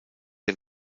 der